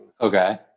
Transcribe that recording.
Okay